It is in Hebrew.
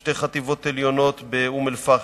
שתי חטיבות עליונות באום-אל-פחם,